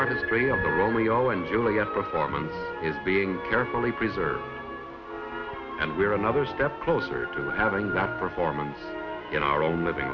artistry of the romeo and juliet performance is being carefully preserved and we are another step closer to having that performance in our own living